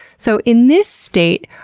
so in this state,